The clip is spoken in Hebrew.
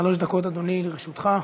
שלוש דקות, אדוני, לרשותך.